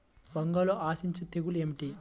వంగలో ఆశించు తెగులు ఏమిటి?